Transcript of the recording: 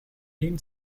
lind